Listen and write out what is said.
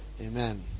Amen